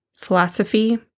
philosophy